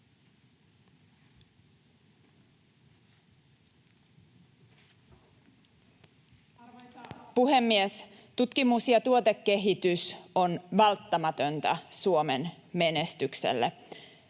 Arvoisa puhemies! Tutkimus ja tuotekehitys on välttämätöntä Suomen menestykselle.